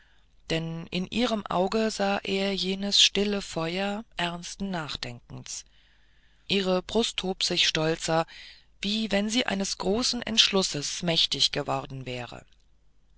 denn in ihrem auge sah er jenes stille feuer ernsten nachdenkens ihre brust hob sich stolzer wie wenn sie eines großen entschlusses mächtig geworden wäre